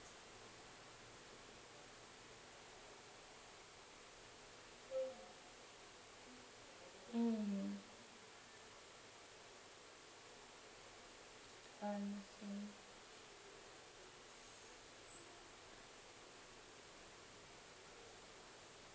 mm I see